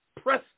press